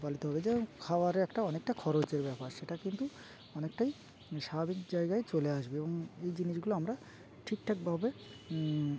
পালিত হবে যেমন খাওয়ারের একটা অনেকটা খরচের ব্যাপার সেটা কিন্তু অনেকটাই স্বাভাবিক জায়গায় চলে আসবে এবং এই জিনিসগুলো আমরা ঠিক ঠাক ভাবে